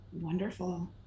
Wonderful